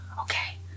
Okay